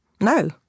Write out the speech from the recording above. No